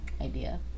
idea